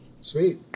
Sweet